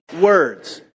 words